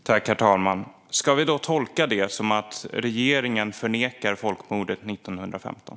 Herr talman! Ska vi tolka det som att regeringen förnekar folkmordet 1915?